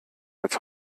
als